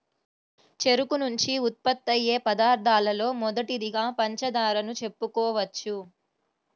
చెరుకు నుంచి ఉత్పత్తయ్యే పదార్థాలలో మొదటిదిగా పంచదారను చెప్పుకోవచ్చు